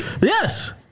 Yes